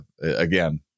again